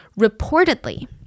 Reportedly